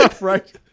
Right